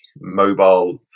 mobile